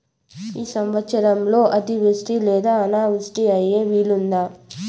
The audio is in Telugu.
ఈ సంవత్సరంలో అతివృష్టి లేదా అనావృష్టి అయ్యే వీలుందా?